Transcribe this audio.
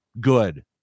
Good